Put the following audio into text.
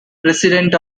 president